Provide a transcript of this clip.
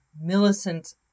Millicent